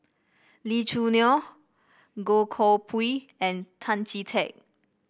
Lee Choo Neo Goh Koh Pui and Tan Chee Teck